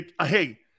Hey